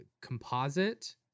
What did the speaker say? composite